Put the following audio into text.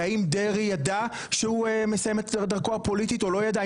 האם דרעי ידע שהוא מסיים את דרכו הפוליטית או לא ידע,